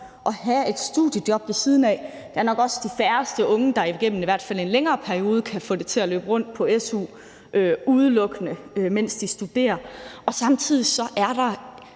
at have et studiejob ved siden af. Det er nok også de færreste unge, der i hvert fald igennem en længere periode kan få det til at løbe rundt udelukkende på su, mens de studerer, og samtidig er der